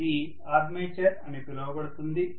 ఇది ఆర్మేచర్ అని పిలువబడుతుంది